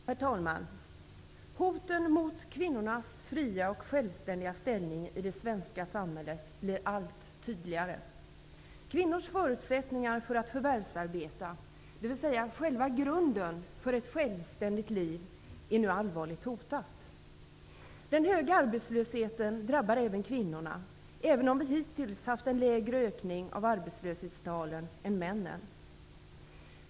Herr talman! Hoten mot kvinnornas fria och självständiga ställning i det svenska samhället blir allt tydligare. Kvinnors förutsättningar för att förvärvsarbeta, dvs. själva grunden för ett självständigt liv, är nu allvarligt hotade. Den höga arbetslösheten drabbar även kvinnorna, även om vi kvinnor hittills haft en lägre ökning av arbetslöshetstalen än männen.